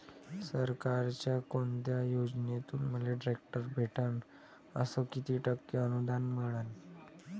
सरकारच्या कोनत्या योजनेतून मले ट्रॅक्टर भेटन अस किती टक्के अनुदान मिळन?